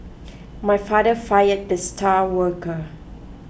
my father fired the star worker